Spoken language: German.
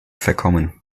verkommen